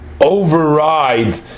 override